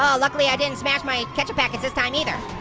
ah luckily, i didn't smash my ketchup packets this time either,